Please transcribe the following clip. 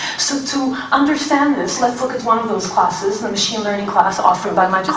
so to understand this, let's look at one of those classes, the machine learning class offered by my